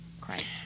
Christ